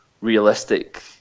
realistic